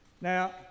Now